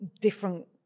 different